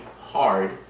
hard